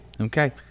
okay